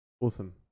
Awesome